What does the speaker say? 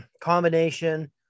Combination